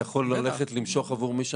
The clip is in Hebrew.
ככה זה עובד, שי.